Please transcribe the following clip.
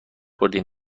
بردیم